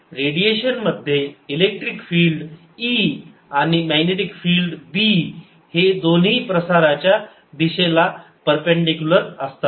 radiation मध्ये electric field E आणि magnetic field B हे दोन्ही प्रसाराच्या दिशेला परपेंडिकुलर असतात